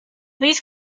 these